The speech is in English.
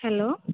hello